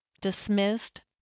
dismissed